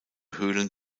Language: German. höhlen